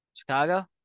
Chicago